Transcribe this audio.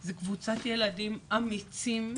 זה קבוצת ילדים אמיצים